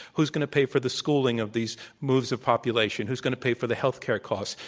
who's going to pay for the schooling of these moves of population? who's going to pay for the healthcare costs?